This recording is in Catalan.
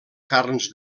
carns